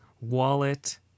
wallet